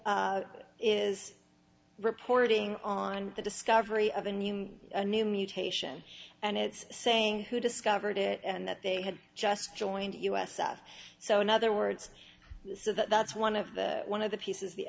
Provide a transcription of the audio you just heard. is reporting on the discovery of a new a new mutation and it's saying who discovered it and that they had just joined us so in other words this is that's one of the one of the pieces the